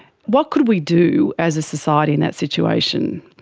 what could we do as a society in that situation?